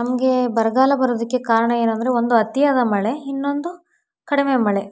ನಮಗೆ ಬರಗಾಲ ಬರೋದಕ್ಕೆ ಕಾರಣ ಏನಂದರೆ ಒಂದು ಅತಿಯಾದ ಮಳೆ ಇನ್ನೊಂದು ಕಡಿಮೆ ಮಳೆ